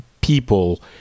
people